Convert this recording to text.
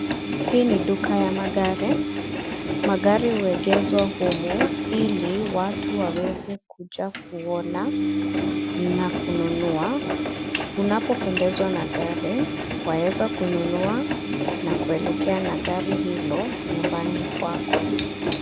Hii ni duka ya magari. Magari huegeshwa humu ili watu waweze kuja kuona na kununua. Unapopendezwa na gari, waeza kununua na kuelekea na gari hilo nyumbani kwako.